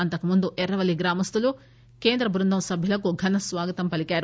అంతకుముందు ఎర్రవల్లి గ్రామస్టులు కేంద్రం బృందం సభ్యులకు ఘన స్వాగతం పలికారు